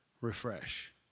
refresh